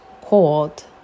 called